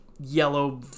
yellow